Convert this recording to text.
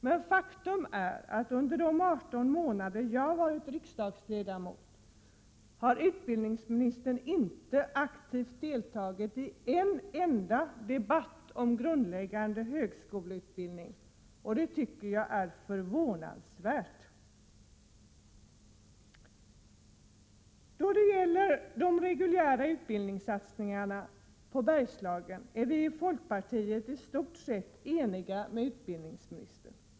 Men under de 18 månader som jag har varit riksdagsledamot har utbildningsministern inte aktivt deltagit i en enda debatt om grundläggande högskoleutbildning, och det tycker jag är förvånansvärt. Då det gäller de reguljära utbildningssatsningarna på Bergslagen är vi i folkpartiet i stort sett eniga med utbildningsministern.